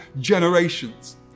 generations